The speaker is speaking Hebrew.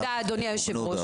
תודה, אדוני היושב-ראש.